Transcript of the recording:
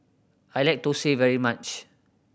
I like Thosai very much